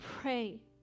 pray